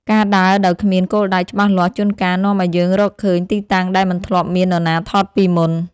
ការដើរដោយគ្មានគោលដៅច្បាស់លាស់ជួនកាលនាំឱ្យយើងរកឃើញទីតាំងដែលមិនធ្លាប់មាននរណាថតពីមុន។